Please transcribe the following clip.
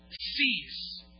cease